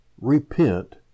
repent